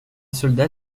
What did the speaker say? soldat